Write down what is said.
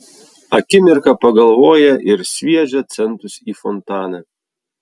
akimirką pagalvoja ir sviedžia centus į fontaną